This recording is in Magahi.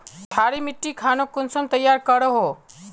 क्षारी मिट्टी खानोक कुंसम तैयार करोहो?